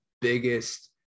biggest